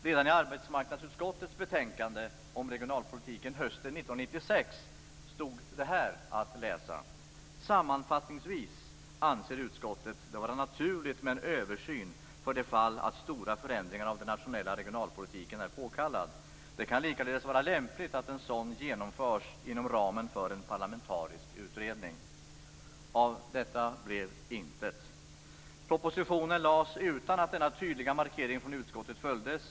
Redan i arbetsmarknadsutskottets betänkande om regionalpolitiken hösten 1996 stod följande att läsa: "Sammanfattningsvis anser utskottet det vara naturligt med en översyn för det fall att stora förändringar av den nationella regionalpolitiken är påkallade. Det kan likaledes vara lämpligt att en sådan genomförs inom ramen för en parlamentarisk utredning." Av detta blev intet! Propositionen lades fram utan att denna tydliga markering från utskottet följdes.